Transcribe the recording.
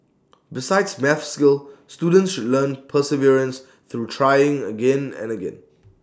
besides maths skills students learn perseverance through trying again and again